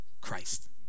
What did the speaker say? Christ